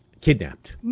kidnapped